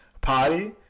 party